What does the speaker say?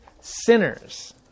sinners